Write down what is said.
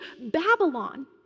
Babylon